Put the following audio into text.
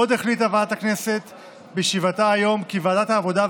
עוד החליטה ועדת הכנסת בישיבתה היום כי ועדת העבודה,